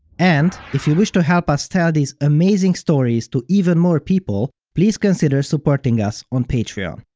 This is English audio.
and, if you wish to help us tell these amazing stories to even more people, please consider supporting us on patreon.